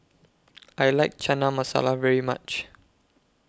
I like Chana Masala very much